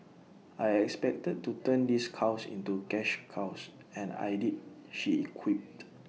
I expected to turn these cows into cash cows and I did she equipped